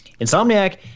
Insomniac